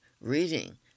Reading